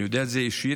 אני יודע את זה אישית,